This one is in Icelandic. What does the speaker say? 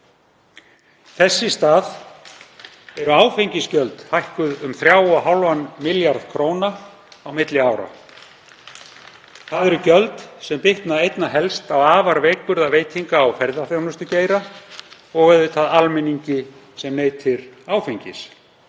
Þess í stað eru áfengisgjöld hækkuð um 3,5 milljarða króna á milli ára. Gjöld sem bitna einna helst á afar veikburða veitinga- og ferðaþjónustugeira og auðvitað almenningi sem neytir áfengis,